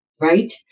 Right